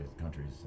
countries